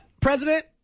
President